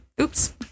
Oops